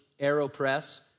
Aeropress